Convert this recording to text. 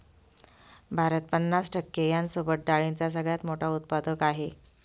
भारत पन्नास टक्के यांसोबत डाळींचा सगळ्यात मोठा उत्पादक आहे